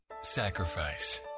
sacrifice